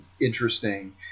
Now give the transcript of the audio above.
interesting